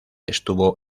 estuvo